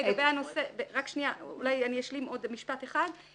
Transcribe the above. אולי אשלים עוד משפט אחד.